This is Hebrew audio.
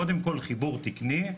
קודם כל חיבור תיקני,